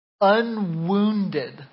Unwounded